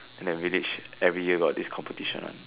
and that village every year got this competition one